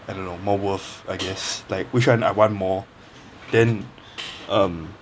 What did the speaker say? I don't know more worth I guess like which one I want more then um